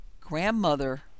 grandmother